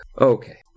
Okay